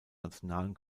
nationalen